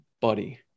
Buddy